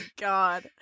God